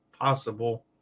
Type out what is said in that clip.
possible